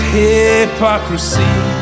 hypocrisy